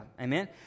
Amen